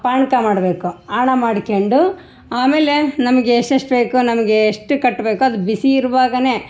ಪಾನ್ಕ ಮಾಡಬೇಕು ಆಣ ಮಾಡ್ಕೊಂಡು ಆಮೇಲೆ ನಮಗೆ ಎಷ್ಟೆಷ್ಟು ಬೇಕು ನಮಗೆ ಎಷ್ಟು ಕಟ್ಟಬೇಕು ಅದು ಬಿಸಿ ಇರುವಾಗ